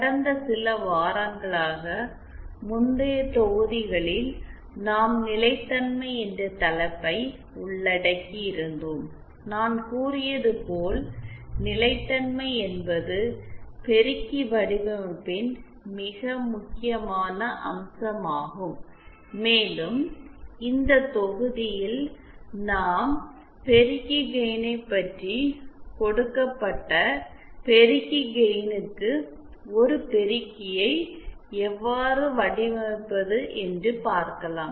கடந்த சில வாரங்களாக முந்தைய தொகுதிகளில் நாம் நிலைத்தன்மை என்ற தலைப்பை உள்ளடக்கியிருந்தோம் நான் கூறியது போல் நிலைத்தன்மை என்பது பெருக்கி வடிவமைப்பின் மிக முக்கியமான அம்சமாகும் மேலும் இந்த தொகுதியில் நாம் பெருக்கி கெயினை பற்றி கொடுக்கப்பட்ட பெருக்கி கெயினுக்கு ஒரு பெருக்கியை எவ்வாறு வடிவமைப்பது என்று பார்க்கலாம்